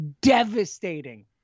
devastating